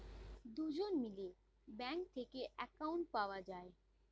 দুজন মিলে ব্যাঙ্ক থেকে অ্যাকাউন্ট পাওয়া যায়